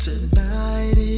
Tonight